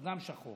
הוא גם שחור,